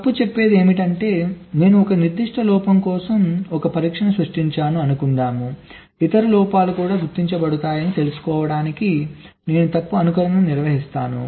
తప్పు చెప్పేది ఏమిటంటే నేను ఒక నిర్దిష్ట లోపం కోసం ఒక పరీక్షను సృష్టించాను అనుకుందాం ఇతర లోపాలు కూడా గుర్తించబడుతున్నాయని తెలుసుకోవడానికి నేను తప్పు అనుకరణను నిర్వహిస్తాను